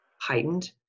heightened